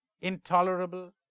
intolerable